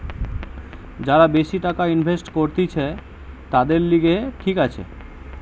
যারা বেশি টাকা ইনভেস্ট করতিছে, তাদের লিগে ঠিক আছে